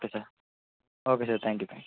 okay sir okay sir thank you